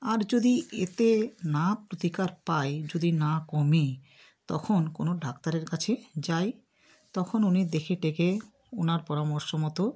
আর যদি এতে না প্রতিকার পাই যদি না কমে তখন কোনো ডাক্তারের কাছে যাই তখন উনি দেখে টেখে ওনার পরামর্শ মতো